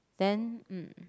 then um